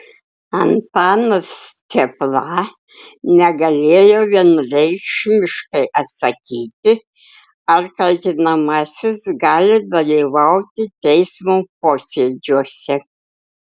antanas cėpla negalėjo vienareikšmiškai atsakyti ar kaltinamasis gali dalyvauti teismo posėdžiuose